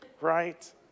right